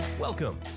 Welcome